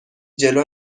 جلو